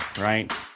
right